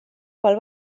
pel